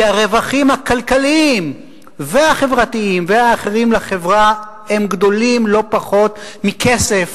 כי הרווחים הכלכליים והחברתיים והאחרים לחברה הם גדולים לא פחות מכסף